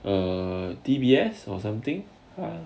err D_B_S or something